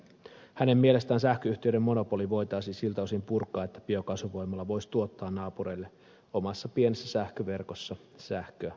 hänen mielestään sähköyhtiöiden monopoli voitaisiin siltä osin purkaa että biokaasuvoimala voisi tuottaa naapureille omassa pienessä sähköverkossa sähköä